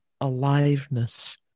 aliveness